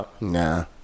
Nah